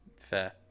Fair